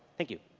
thank you.